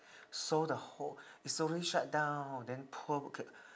so the whole it slowly shut down then poor okay